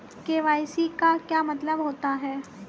KYC का क्या मतलब होता है?